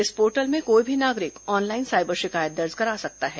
इस पोर्टल में कोई भी नागरिक ऑनलाइन साइबर शिकायत दर्ज करा सकता है